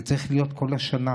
זה צריך להיות כל השנה,